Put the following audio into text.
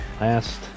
last